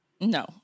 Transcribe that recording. No